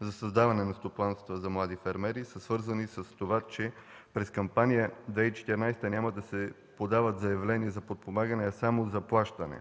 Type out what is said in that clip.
за създаване на стопанства за млади фермери, са свързани с това, че през кампания 2014 няма да се подават заявления за подпомагане, а само за плащане.